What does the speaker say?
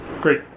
Great